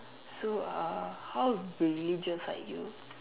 so uh how religious are you